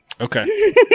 okay